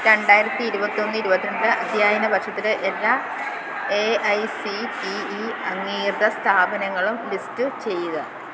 രണ്ടായിരത്തി ഇരുപത്തൊന്ന് ഇരുപത്തിരണ്ട് അധ്യയന വർഷത്തിലെ എല്ലാ A I C T E അംഗീകൃത സ്ഥാപനങ്ങളും ലിസ്റ്റ് ചെയ്യുക